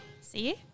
See